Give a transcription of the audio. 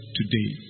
today